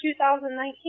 2019